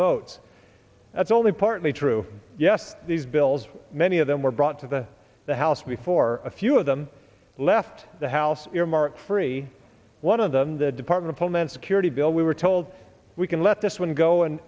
vote that's only partly true yes these bills many of them were brought to the the house before a few of them left the house earmark free one of them the department of homeland security bill we were told we can let this one go and